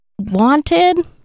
wanted